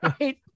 Right